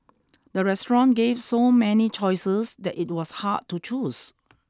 the restaurant gave so many choices that it was hard to choose